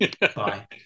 Bye